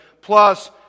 Plus